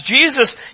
Jesus